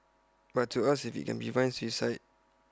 but to ask if IT can prevent suicide